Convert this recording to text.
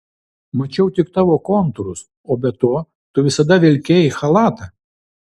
mačiau tik tavo kontūrus o be to tu visada vilkėjai chalatą